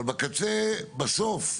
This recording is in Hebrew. אבל בקצה, בסוף,